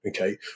okay